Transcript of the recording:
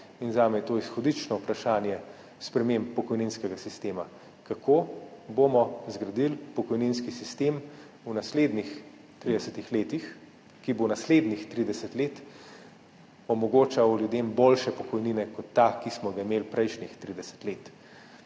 in zame je to izhodiščno vprašanje sprememb pokojninskega sistema. Kako bomo zgradili pokojninski sistem v naslednjih 30 letih, ki bo naslednjih 30 let omogočal ljudem boljše pokojnine kot ta, ki smo ga imeli prejšnjih 30 let?